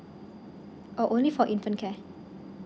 oh only for infant care